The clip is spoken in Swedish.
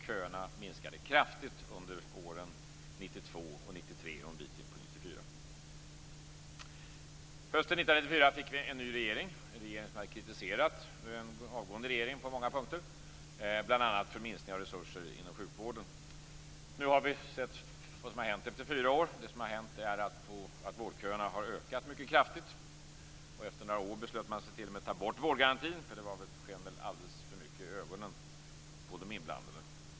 Köerna minskade kraftigt under åren 1992, 1993 och en bit in på 1994. Hösten 1994 fick vi en ny regering, en regering som kritiserades av den avgående regeringen på många punkter, bl.a. för minskningen av resurser inom sjukvården. Nu har vi sett vad som har hänt efter fyra år. Det som har hänt är att vårdköerna har ökat mycket kraftigt. Efter några år beslöt man t.o.m. att ta bort vårdgarantin, för den sken väl alldeles för mycket i ögonen på de inblandade.